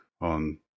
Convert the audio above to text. on